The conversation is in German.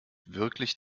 wirklich